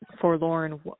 forlorn